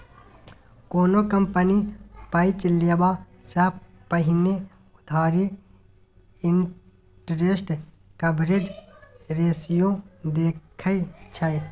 कोनो कंपनी पैंच लेबा सँ पहिने उधारी इंटरेस्ट कवरेज रेशियो देखै छै